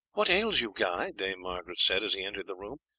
what ails you, guy? dame margaret said as he entered the room,